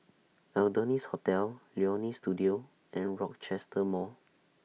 Adonis Hotel Leonie Studio and Rochester Mall